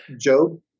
Job